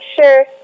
sure